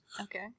Okay